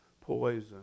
poison